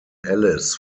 ellis